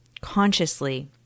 consciously